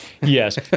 Yes